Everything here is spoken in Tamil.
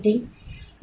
T N